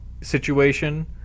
situation